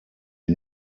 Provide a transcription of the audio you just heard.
wir